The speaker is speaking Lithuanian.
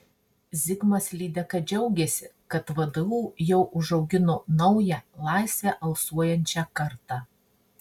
zigmas lydeka džiaugėsi kad vdu jau užaugino naują laisve alsuojančią kartą